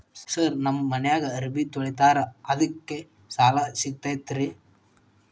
Sir ನಮ್ಮ ಮನ್ಯಾಗ ಅರಬಿ ತೊಳಿತಾರ ಅದಕ್ಕೆ ಸಾಲ ಸಿಗತೈತ ರಿ?